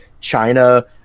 China